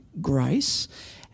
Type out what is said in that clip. grace